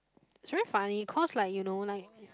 it's very funny cause like you know like